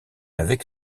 avec